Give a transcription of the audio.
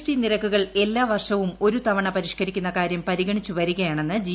T നിരക്കുകൾ എല്ലാ വർഷവും ഒരു തവണ പരിഷ്ക്കരിക്കുന്ന കാര്യം പരിഗണിച്ചു വരികയാണെന്ന് ജി